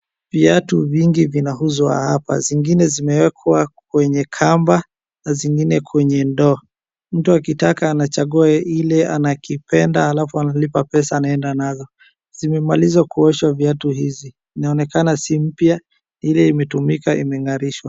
Viatu vingi vinauzwa hapa. Zingine zimewekwa kwenye kamba, na zingine kwenye ndoo. mtu akitaka anachagua ile anakipenda, alafu analipa pesa anaenda nazo. Zimemaliza kuoshwa viatu hizi. Inaonekana si mpya, ni ile imetumika imeng'alishwa.